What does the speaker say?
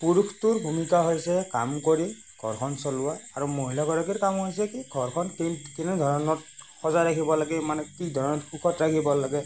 পুৰুষটোৰ ভূমিকা হৈছে কাম কৰি ঘৰখন চলোৱা আৰু মহিলা গৰাকীৰ কাম হৈছে কি ঘৰখন কেনে ধৰণত সজাই ৰাখিব লাগে মানে কি ধৰণত সুখত ৰাখিব লাগে